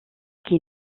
qui